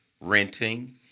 renting